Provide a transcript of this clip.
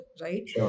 right